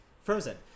Frozen